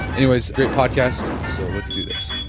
anyway it's a great podcast, so let's do this